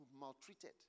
maltreated